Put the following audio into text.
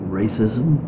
racism